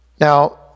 Now